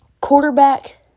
quarterback